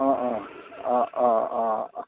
অঁ অঁ অঁ অঁ অঁ অঁ